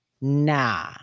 nah